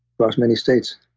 across many states.